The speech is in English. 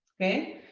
okay.